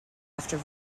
after